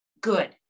good